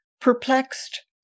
perplexed